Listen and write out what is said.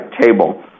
table